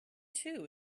two